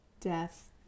Death